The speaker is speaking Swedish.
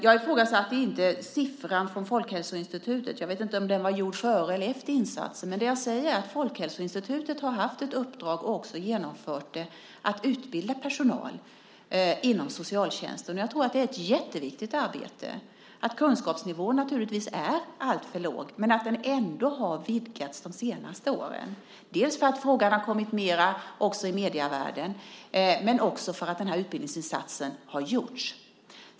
Jag ifrågasatte inte siffran från Folkhälsoinstitutet. Jag vet inte om den var framtagen före eller efter insatsen. Det jag säger är att Folkhälsoinstitutet har haft ett uppdrag, och också genomfört det, att utbilda personal inom socialtjänsten. Jag tror att det är ett jätteviktigt arbete. Kunskapsnivån är naturligtvis alltför låg, men den har ändå ökat de senaste åren, dels för att frågan har tagits upp mer i medievärlden, dels för att den här utbildningsinsatsen har gjorts.